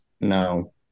no